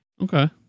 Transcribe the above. Okay